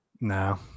No